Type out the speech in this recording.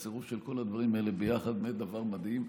הצירוף של כל הדברים האלה ביחד זה באמת דבר מדהים.